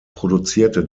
produzierte